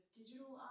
digital